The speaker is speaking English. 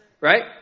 right